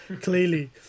clearly